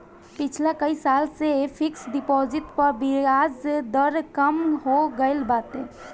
पिछला कई साल से फिक्स डिपाजिट पअ बियाज दर कम हो गईल बाटे